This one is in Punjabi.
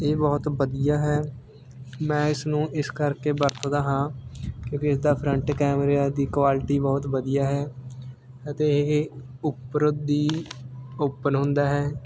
ਇਹ ਬਹੁਤ ਵਧੀਆ ਹੈ ਮੈਂ ਇਸਨੂੰ ਇਸ ਕਰਕੇ ਵਰਤਦਾ ਹਾਂ ਕਿਉਂਕਿ ਇਸਦਾ ਫਰੰਟ ਕੈਮਰਿਆਂ ਦੀ ਕੁਆਲਿਟੀ ਬਹੁਤ ਵਧੀਆ ਹੈ ਅਤੇ ਇਹ ਉੱਪਰ ਦੀ ਓਪਨ ਹੁੰਦਾ ਹੈ